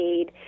aid